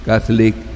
Catholic